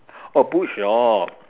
oh book shop